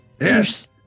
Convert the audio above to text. Yes